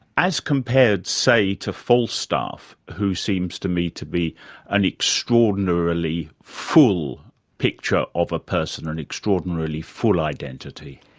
as compared, say, to falstaff, who seems to me to be an extraordinarily full picture of a person, an extraordinarily full identity.